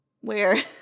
where-